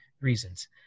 reasons